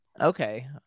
Okay